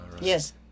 Yes